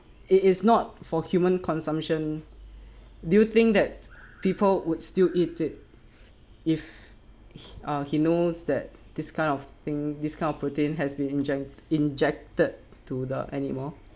it is not for human consumption do you think that people would still eat it if uh he knows that this kind of thing this kind of protein has been inject injected to the animal